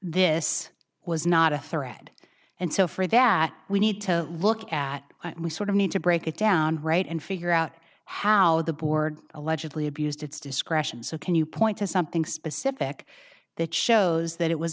this was not a threat and so for that we need to look at sort of need to break it down right and figure out how the board allegedly abused its discretion so can you point to something specific that shows that it was